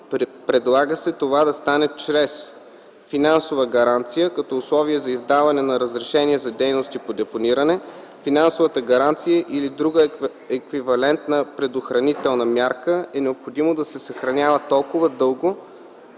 Предлага се това да стане чрез: - финансова гаранция, като условие за издаване на разрешение за дейности по депониране. Финансовата гаранция или друга еквивалентна предохранителна мярка е необходимо да се съхранява толкова дълго,